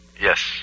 Yes